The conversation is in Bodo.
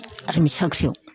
आरमि साख्रियाव